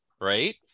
right